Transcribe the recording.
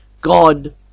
God